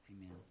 Amen